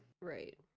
right